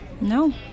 No